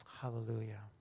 Hallelujah